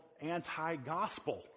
anti-gospel